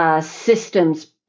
systems